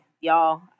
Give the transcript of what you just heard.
y'all